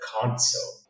console